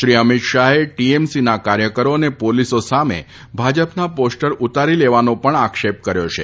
શ્રી અમિત શાહે ટીએમસીના કાર્યકરો અને પોલીસો સામે ભાજપના પોસ્ટર ઊતારી લેવાનો પણ આક્ષેપ કર્યો છે